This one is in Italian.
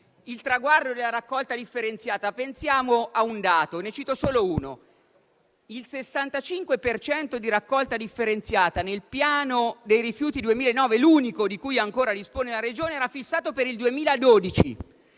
il traguardo della raccolta differenziata. Pensiamo a un dato, ne cito solo uno: il 65 per cento di raccolta differenziata nel piano dei rifiuti 2009, l'unico di cui ancora dispone la Regione, era fissato per il 2012